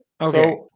Okay